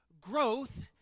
growth